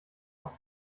auch